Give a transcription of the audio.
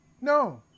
No